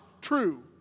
true